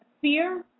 fear